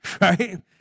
right